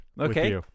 Okay